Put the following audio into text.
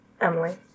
emily